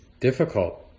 difficult